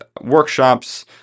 workshops